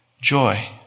Joy